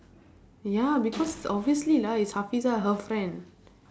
ya because obviously lah it's hafeezah her friend